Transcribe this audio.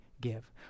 give